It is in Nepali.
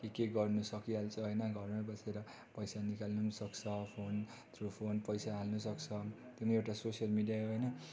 के के गर्नु सकिहाल्छ होइन घरमै बसेर पैसा निकाल्नु पनि सक्छ अब फोन थ्रू फोन पैसा हाल्नुसक्छ त्यो पनि एउटा सोसियल मिडियामै होइन